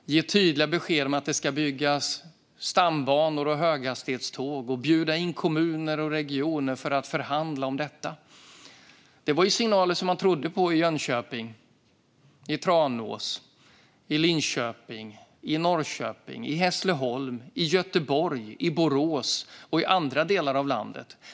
Man ger tydliga besked om att det ska byggas stambanor och höghastighetståg och bjuder in kommuner och landsting för att förhandla om detta. Det är signaler som man tror på i Jönköping, i Tranås, i Linköping, i Norrköping, i Hässleholm, i Göteborg, i Borås och i andra delar av landet.